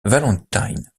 valentine